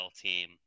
team